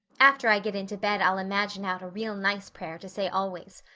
after i get into bed i'll imagine out a real nice prayer to say always.